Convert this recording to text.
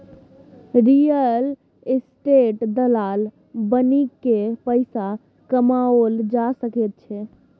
real estate दलाल बनिकए पैसा कमाओल जा सकैत छै